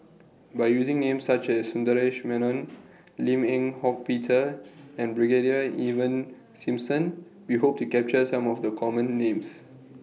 By using Names such as Sundaresh Menon Lim Eng Hock Peter and Brigadier Ivan Simson We Hope to capture Some of The Common Names